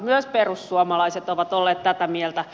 myös perussuomalaiset ovat olleet tätä mieltä